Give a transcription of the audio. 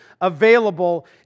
available